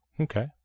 Okay